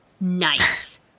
Nice